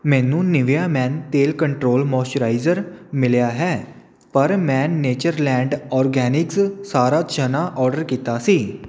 ਮੈਨੂੰ Nivea men ਤੇਲ control moisturiser ਮਿਲਿਆ ਹੈ ਪਰ ਮੈਂ ਨੇਚਰਲੈਂਡ ਓਰਗੈਨਿਕਸ ਸਾਰਾ ਚਨਾ ਆਰਡਰ ਕੀਤਾ ਸੀ